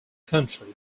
country